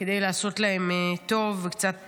כדי לעשות להם טוב וקצת לחייך.